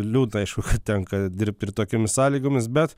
liūdna aišku tenka dirbt ir tokiomis sąlygomis bet